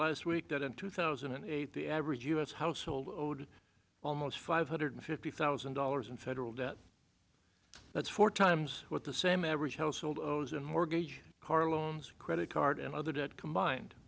last week that in two thousand and eight the average u s household loaded almost five hundred fifty thousand dollars in federal debt that's four times what the same average household ozen mortgage car loans credit card and other debt combined